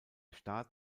staat